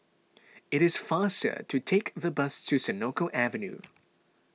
it is faster to take the bus to Senoko Avenue